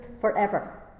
forever